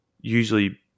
usually